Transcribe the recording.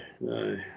no